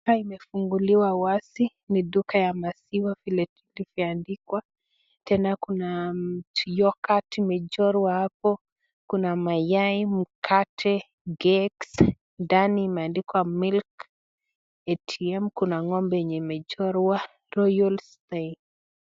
Duka imefunguliwa wazi. Ni duka ya maziwa vile tu imeandikwa tena kuna yoghurt imechorwa hapo, kuna mayai, mkate, cakes , ndani imeandikwa milk ATM , Kuna ng'ombe yenye imechorwa royal sale .